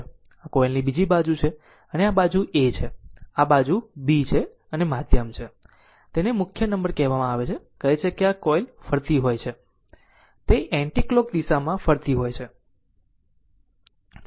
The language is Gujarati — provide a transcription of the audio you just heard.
આ કોઇલની બીજી બાજુ છે આ બાજુ A છે અને આ બાજુ B અને માધ્યમ છે તેને મુખ્ય નંબર કહેવામાં આવે છે કહે છે કે આ કોઇલ ફરતી હોય છે તે એન્ટિકલોક દિશામાં ફરતી હોય છે